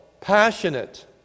passionate